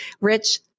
Rich